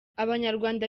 abanyarwanda